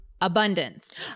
Abundance